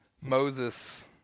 Moses